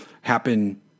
happen –